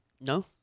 No